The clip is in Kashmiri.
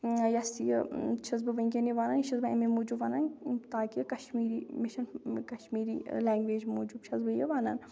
یَس یہِ چھس بہٕ وٕنکٮ۪ن یہِ وَنَان یہِ چھس بہٕ اَمے موٗجوٗب وَنَان تاکہ کَشمیٖری مےٚ چھَنہٕ کَشمیٖری لنٛگویج موٗجوٗب چھس بہٕ یہِ وَنَان